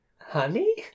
honey